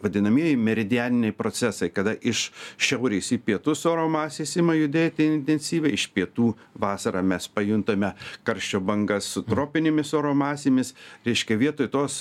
vadinamieji meridianiniai procesai kada iš šiaurės į pietus oro masės ima judėti intensyviai iš pietų vasarą mes pajuntame karščio bangas su tropinėmis oro masėmis reiškia vietoj tos